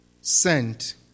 Sent